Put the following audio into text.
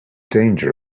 danger